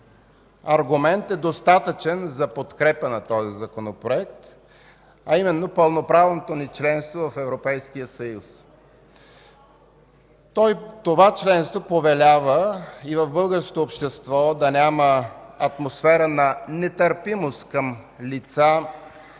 аргумент е достатъчен за подкрепа на този Законопроект, а именно пълноправното ни членство в Европейския съюз. Това членство повелява и в българското общество да няма атмосфера на нетърпимост към лица